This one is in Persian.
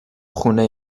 خونه